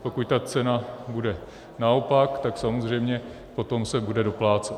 Pokud cena bude naopak, tak se samozřejmě potom bude doplácet.